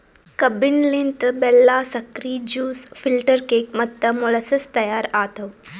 ಕಬ್ಬಿನ ಲಿಂತ್ ಬೆಲ್ಲಾ, ಸಕ್ರಿ, ಜ್ಯೂಸ್, ಫಿಲ್ಟರ್ ಕೇಕ್ ಮತ್ತ ಮೊಳಸಸ್ ತೈಯಾರ್ ಆತವ್